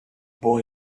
boy